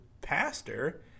pastor